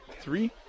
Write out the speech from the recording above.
Three